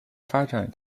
发展